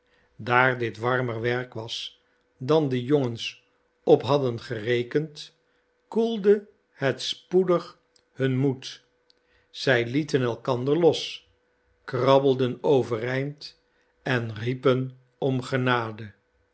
daar dit warmer werk was dan de jongens op hadden gerekend koelde het spoedig hun moed zij lieten elkander los krabbelden overeind en riepen om genade